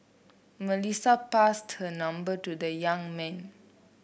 Melissa passed her number to the young man